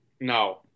No